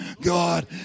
God